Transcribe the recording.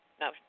no